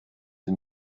sie